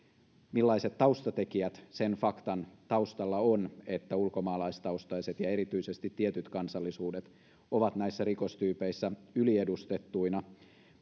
millaiset taustatekijät sen faktan taustalla on että ulkomaalaistaustaiset ja erityisesti tietyt kansallisuudet ovat näissä rikostyypeissä yliedustettuina